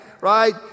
right